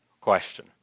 question